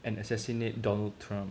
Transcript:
and assassinate Donald Trump